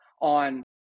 on